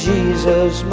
Jesus